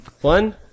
One